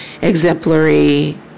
exemplary